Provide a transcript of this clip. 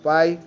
Pai